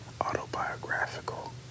autobiographical